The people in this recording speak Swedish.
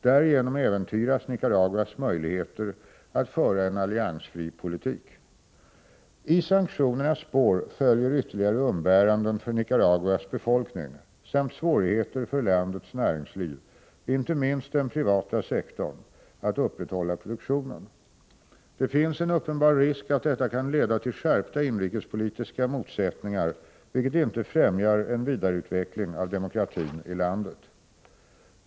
Därigenom äventyras Nicaraguas möjligheter att föra en alliansfri politik. I sanktionernas spår följer ytterligare umbäranden för Nicaraguas befolkning samt svårigheter för landets näringsliv, inte minst den privata sektorn, att upprätthålla produktionen. Det finns en uppenbar risk att detta kan leda till skärpta inrikespolitiska motsättningar vilket inte främjar en vidareutveckling av demokratin i landet.